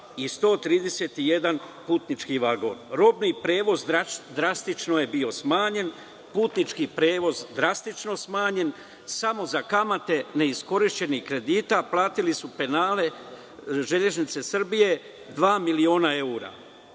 i 131 putnički vagon. Robni prevoz je bio drastično smanjen, putnički prevoz drastično smanjen. Samo za kamate neiskorišćenih kredita platili su penale „Železnice Srbije“ dva miliona evra.